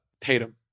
Tatum